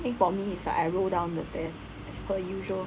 I think for me is I roll down the stairs as per usual